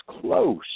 close